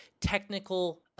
technical